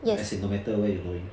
as in no matter where you going